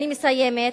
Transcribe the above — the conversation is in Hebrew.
אני מסיימת,